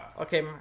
Okay